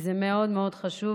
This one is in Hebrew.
וזה מאוד חשוב,